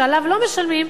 שעליו לא משלמים,